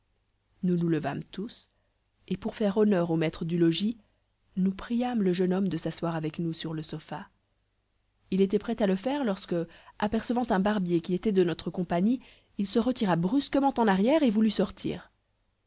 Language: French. nous nous levâmes tous et pour faire honneur au maître du logis nous priâmes le jeune homme de s'asseoir avec nous sur le sofa il était prêt à le faire lorsque apercevant un barbier qui était de notre compagnie il se retira brusquement en arrière et voulut sortir